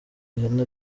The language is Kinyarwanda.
ihene